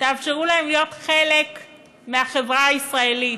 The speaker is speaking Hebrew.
תאפשרו להם להיות חלק מהחברה הישראלית,